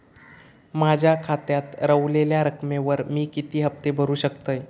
माझ्या खात्यात रव्हलेल्या रकमेवर मी किती हफ्ते भरू शकतय?